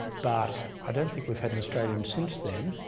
but i don't think we've had an australian since then,